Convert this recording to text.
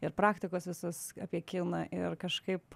ir praktikos visos apie kiną ir kažkaip